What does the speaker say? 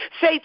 Say